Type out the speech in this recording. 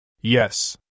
Yes